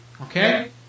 Okay